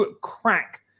crack